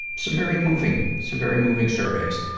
some very moving. some very moving surveys.